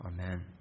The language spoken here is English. amen